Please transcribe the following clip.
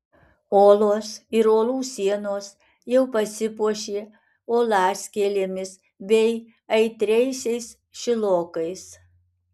olos ir uolų sienos jau pasipuošė uolaskėlėmis bei aitriaisiais šilokais